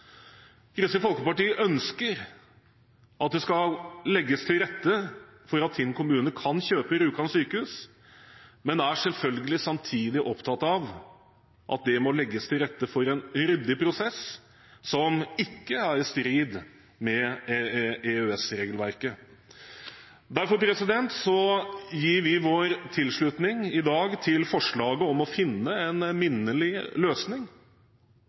Kristelig Folkeparti ønsker at det skal legges til rette for at Tinn kommune kan kjøpe Rjukan sykehus, men er selvfølgelig samtidig opptatt av at det må legges til rette for en ryddig prosess som ikke er i strid EØS-regelverket. Derfor gir vi vår tilslutning i dag til forslaget om å finne en minnelig løsning